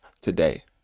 today